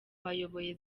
bayoboye